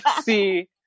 see